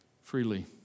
freely